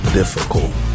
difficult